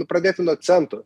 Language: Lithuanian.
pradėti nuo centų